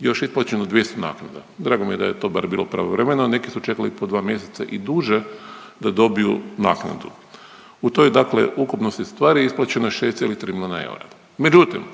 još isplaćeno 200 naknada. Drago mi je da je to bar bilo pravovremeno, neki su čekali po 2 mjeseca i duže da dobiju naknadu. U toj dakle ukupnosti stvari isplaćeno je 6,3 milijuna eura.